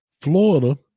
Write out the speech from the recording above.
Florida